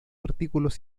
artículos